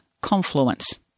confluence